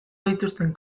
dituzten